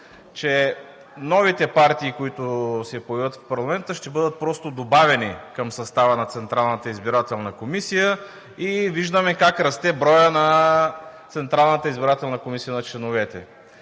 че новите партии, които се появят в парламента, ще бъдат просто добавени към състава на Централната избирателна комисия. Виждаме как расте броят на членовете в Централната избирателна комисия. Колеги,